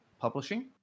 Publishing